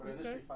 Okay